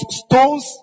stones